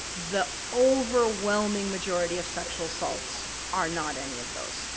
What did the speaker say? the overwhelming majority of sexual assaults are not any of those.